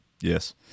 yes